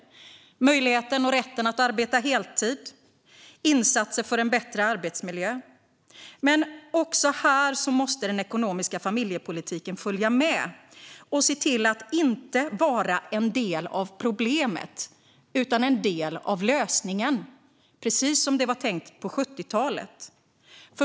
Det handlar om möjligheten och rätten att arbeta heltid och om insatser för en bättre arbetsmiljö. Men också här måste den ekonomiska familjepolitiken följa med och se till att inte vara en del av problemet utan en del av lösningen, precis som det var tänkt på 70-talet.